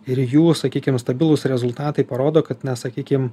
ir jų sakykim stabilūs rezultatai parodo kad na sakykim